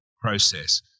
process